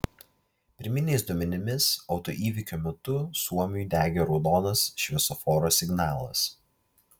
pirminiais duomenimis autoįvykio metu suomiui degė raudonas šviesoforo signalas